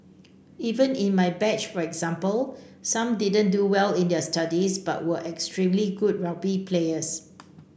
even in my batch for example some didn't do well in their studies but were extremely good rugby players